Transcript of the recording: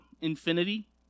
infinity